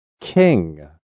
King